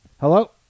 Hello